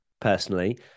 personally